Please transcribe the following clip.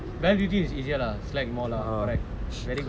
bell duty is easier slag more lah correct very good